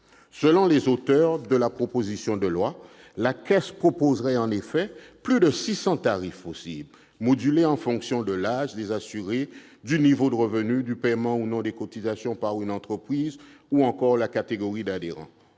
Selon les auteurs de la proposition de loi, la Caisse proposerait en effet plus de 600 tarifs modulés en fonction de l'âge des assurés, du niveau de revenus, du paiement ou non des cotisations par une entreprise, ou encore de la catégorie d'adhérents.